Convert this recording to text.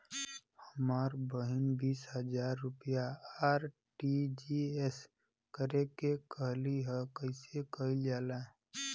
हमर बहिन बीस हजार रुपया आर.टी.जी.एस करे के कहली ह कईसे कईल जाला?